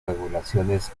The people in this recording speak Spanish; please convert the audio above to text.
regulaciones